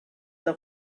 the